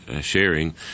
sharing